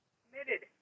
committed